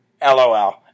LOL